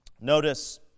Notice